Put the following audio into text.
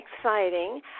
exciting